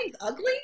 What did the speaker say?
ugly